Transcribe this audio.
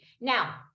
Now